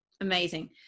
Amazing